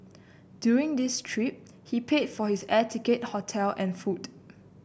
during his trip he paid for his air ticket hotel and food